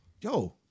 yo